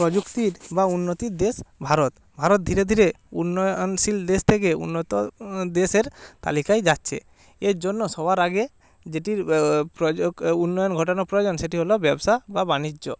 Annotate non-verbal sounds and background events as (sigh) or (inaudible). প্রযুক্তির বা উন্নতির দেশ ভারত ভারত ধীরে ধীরে উন্নয়নশীল দেশ থেকে উন্নত দেশের তালিকায় যাচ্ছে এর জন্য সবার আগে যেটির প্রয় (unintelligible) উন্নয়ন ঘটানোর প্রয়োজন সেটি হল ব্যবসা বা বাণিজ্য